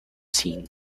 scene